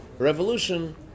Revolution